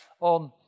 on